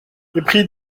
épris